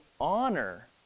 honor